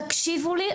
תקשיבו לי,